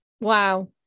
Wow